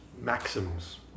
Maxims